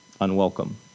unwelcome